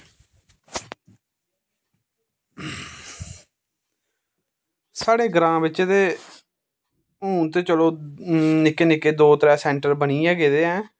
साढ़े ग्रांऽ बिच्च ते हून ते चलो निक्के निक्के दो त्रै सैंटर बनी गै गेदा ऐं